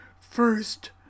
First